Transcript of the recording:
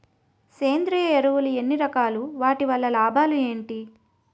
సేంద్రీయ ఎరువులు ఎన్ని రకాలు? వాటి వల్ల లాభాలు ఏంటి?